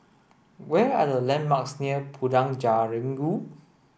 where are the landmarks near Padang Jeringau